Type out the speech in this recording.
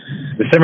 December